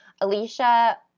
Alicia